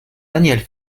daniel